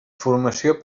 formació